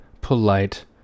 polite